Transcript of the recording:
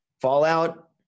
fallout